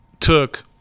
took